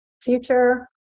future